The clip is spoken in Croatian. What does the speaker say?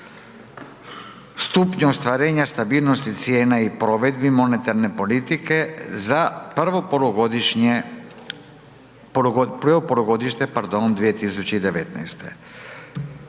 stupnju ostvarenja stabilnosti cijena i provedbi monetarne politike za prvo polugodište 2019.